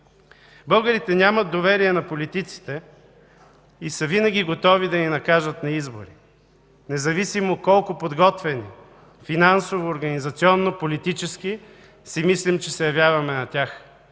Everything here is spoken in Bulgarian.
Българите нямат доверие на политиците и винаги са готови да ни накажат на избори, независимо колко подготвени – финансово, организационно, политически, си мислим, че се явяваме на тях.